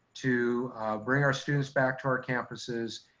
to bring our students back to our campuses.